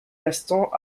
l’instant